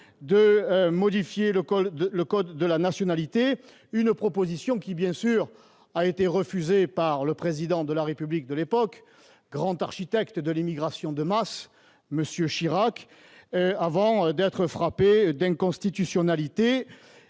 de modifier le code de la nationalité. Cette proposition a bien sûr été refusée par le Président de la République de l'époque, grand architecte de l'immigration de masse, M. Chirac, avant d'être frappée d'inconstitutionnalité.